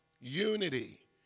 unity